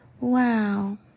Wow